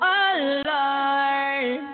alive